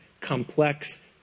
complex